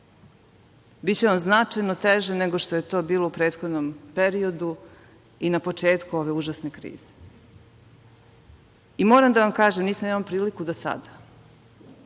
Biće vam značajno teže nego što je to bilo u prethodnom periodu i na početku ove užasne krize. Moram da vam kažem, nisam imala priliku do sada,